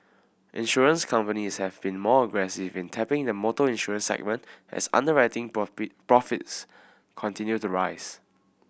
insurance companies have been more aggressive in tapping the motor insurance segment as underwriting profit profits continues to rise